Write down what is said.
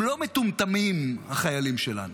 הם לא מטומטמים החיילים שלנו,